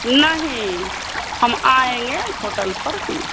नहीं हम आएँगे होटल पर ही